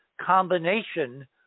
combination